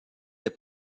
les